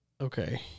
Okay